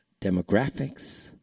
demographics